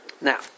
Now